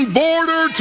border